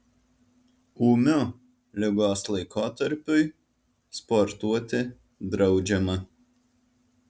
ūmiu ligos laikotarpiui sportuoti draudžiama